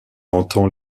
entend